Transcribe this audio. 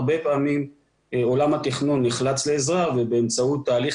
הרבה פעמים עולם התכנון נחלץ לעזרה ובאמצעות התהליך